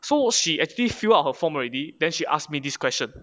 so she actually fill out her form already then she asked me this question